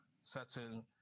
certain